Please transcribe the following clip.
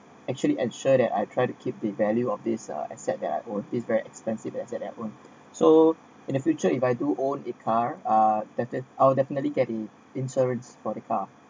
actually ensure that I try to keep the value of this ah except that I will be very expensive except their own so in the future if I do own a car uh I'll definitely getting insurance for the car